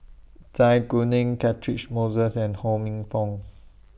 Zai Kuning Catchick Moses and Ho Minfong